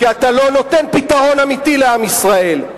כי אתה לא נותן פתרון אמיתי לעם ישראל.